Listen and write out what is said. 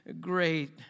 great